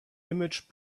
image